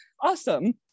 awesome